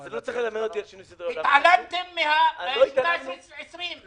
שלא יקרא לי גזען כי אני לא